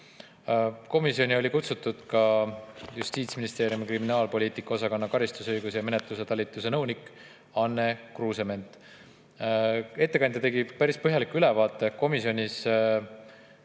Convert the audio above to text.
Komisjoni oli kutsutud ka Justiitsministeeriumi kriminaalpoliitika osakonna karistusõiguse ja menetluse talituse nõunik Anne Kruusement. Ettekandja tegi komisjonis päris põhjaliku ülevaate.